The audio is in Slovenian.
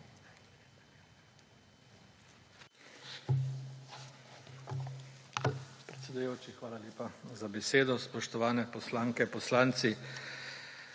hvala lepa za besedo. Spoštovani poslanke, poslanci!